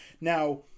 Now